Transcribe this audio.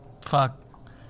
fuck